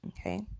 okay